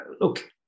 look